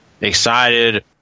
excited